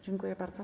Dziękuję bardzo.